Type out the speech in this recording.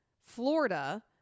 Florida